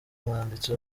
umwanditsi